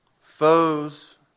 Foes